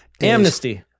Amnesty